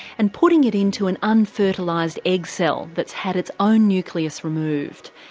and putting it into an unfertilised egg cell that's had its own nucleus removed.